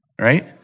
right